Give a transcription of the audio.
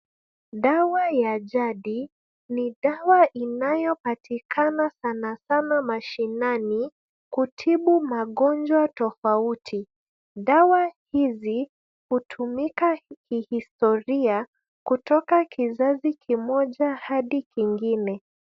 Dawa ya jadi, ni dawa inayopatikana sanasana mashinani kutibu magonjwa tofauti. Dawa hizi hutumika kihistoria kutoka kizazi kimoja adi kingine.